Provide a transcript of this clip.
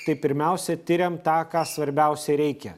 tai pirmiausia tiriam tą ką svarbiausia reikia